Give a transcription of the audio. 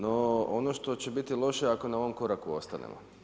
No, ono što će biti loše ako na ovom koraku ostanemo.